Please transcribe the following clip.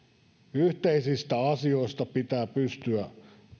yhteisistä asioista pitää pystyä